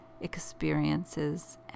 experiences